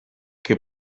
que